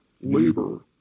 labor